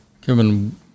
Kevin